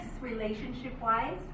relationship-wise